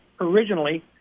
originally